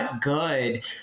good